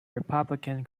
republican